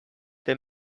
they